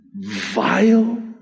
vile